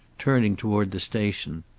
turning toward the station.